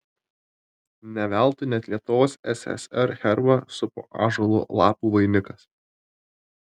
ne veltui net lietuvos ssr herbą supo ąžuolo lapų vainikas